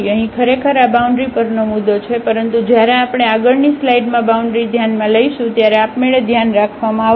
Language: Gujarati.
અહીં ખરેખર આ બાઉન્ડ્રી પરનો મુદ્દો છે પરંતુ જ્યારે આપણે આગળની સ્લાઈડમાં બાઉન્ડ્રી ધ્યાનમાં લઈશું ત્યારે આપમેળે ધ્યાન રાખવામાં આવશે